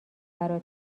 برا